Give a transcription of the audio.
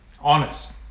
honest